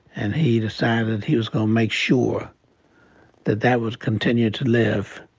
and he decided he was gonna make sure that that was continued to live.